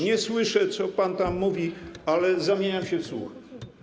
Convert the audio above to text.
Nie słyszę, co pan mówi, ale zamieniam się w słuch.